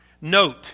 Note